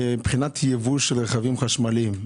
מבחינת יבוא של רכבים חשמליים,